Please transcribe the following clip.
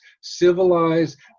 civilized